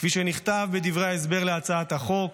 כפי שנכתב בדברי ההסבר להצעת החוק,